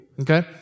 Okay